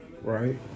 right